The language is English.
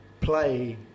play